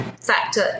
factor